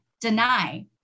Deny